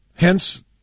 Hence